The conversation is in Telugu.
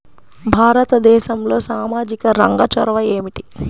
భారతదేశంలో సామాజిక రంగ చొరవ ఏమిటి?